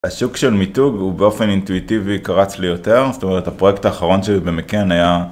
השוק של מיתוג הוא באופן אינטואיטיבי קרץ לי יותר, זאת אומרת הפרויקט האחרון שלי במקאן היה